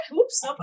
Oops